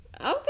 Okay